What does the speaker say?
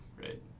Right